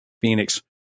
Phoenix